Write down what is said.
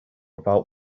about